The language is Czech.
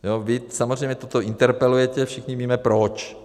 Vy samozřejmě toto interpelujete, všichni víme proč.